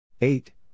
Eight